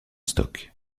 stock